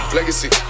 Legacy